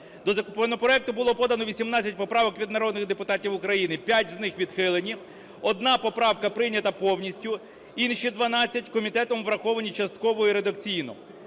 До законопроекту було подано 18 поправок народних депутатів України: 5 з них відхилені, 1 поправка прийнята повністю, інші 12 комітетом враховані частково і редакційно.